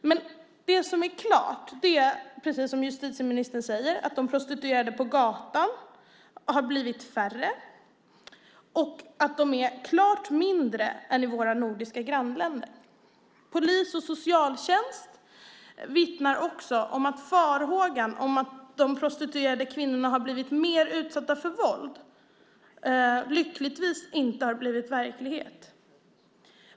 Men det som är klart är, precis som justitieministern säger, att de prostituerade på gatan har blivit färre och att de är klart färre än i våra nordiska grannländer. Polis och socialtjänst vittnar om att farhågan om att de prostituerade kvinnorna skulle bli mer utsatta för våld lyckligtvis inte har blivit verklighet.